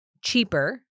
cheaper